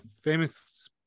famous